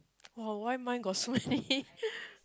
[wah] why mine got so many